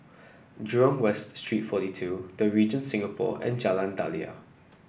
Jurong West Street forty two The Regent Singapore and Jalan Daliah